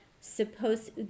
supposed